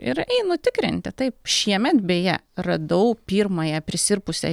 ir einu tikrinti taip šiemet beje radau pirmąją prisirpusią